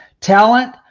talent